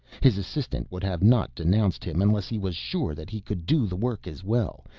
his assistant would have not denounced him unless he was sure that he could do the work as well,